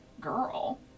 girl